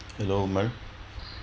hello mic